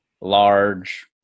large